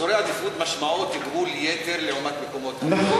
אזורי עדיפות משמעם תגמול-יתר לעומת מקומות אחרים.